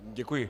Děkuji.